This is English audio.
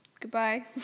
Goodbye